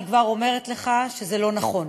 אני כבר אומרת לך שזה לא נכון.